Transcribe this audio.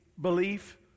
belief